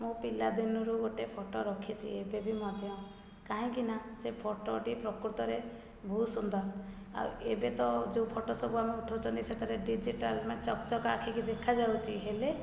ମୁଁ ପିଲା ଦିନରୁ ଗୋଟେ ଫଟୋ ରଖିଛି ଏବେବି ମଧ୍ୟ କାହିଁକି ନା ସେ ଫଟୋଟି ପ୍ରକୃତରେ ବହୁତ ସୁନ୍ଦର ଆଉ ଏବେତ ଯେଉଁ ଫଟୋ ସବୁ ଆମେ ଉଠଉଛନ୍ତି ସେଠାରେ ଡିଜିଟାଲ ମାନେ ଚକ୍ ଚକ୍ ଆଖିକି ଦେଖାଯାଉଛି ହେଲେ